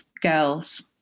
girls